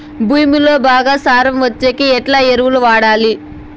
భూమిలో బాగా సారం వచ్చేకి ఎట్లా ఎరువులు వాడాలి?